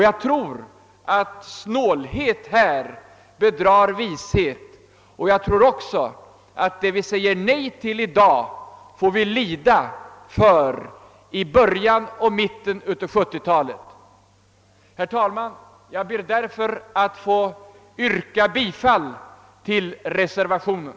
Jag tror också att snålhet här bedrar visheten, ty det vi säger nej till i dag får vi lida för i början och mitten av 1970-talet. Herr talman! Jag ber därför att få yrka bifall till reservationen.